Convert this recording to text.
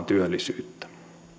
työllisyyttä